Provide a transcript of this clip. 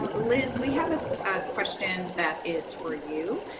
um liz, we have a so ah question that is for you.